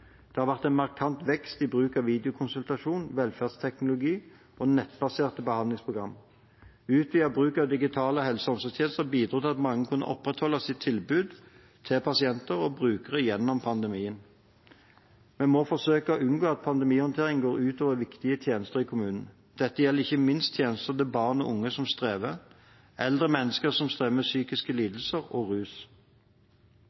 Det har vært en markant vekst i bruk av videokonsultasjon, velferdsteknologi og nettbaserte behandlingsprogram. Utvidet bruk av digitale helse- og omsorgstjenester bidro til at mange kunne opprettholde sitt tilbud til pasienter og brukere gjennom pandemien. Vi må forsøke å unngå at pandemihåndteringen går ut over viktige tjenester i kommunene. Det gjelder ikke minst tjenester til barn og unge som strever, til eldre og til mennesker som strever med psykiske